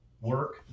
work